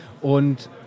Und